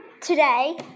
today